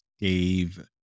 Dave